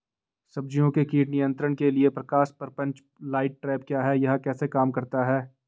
सब्जियों के कीट नियंत्रण के लिए प्रकाश प्रपंच लाइट ट्रैप क्या है यह कैसे काम करता है?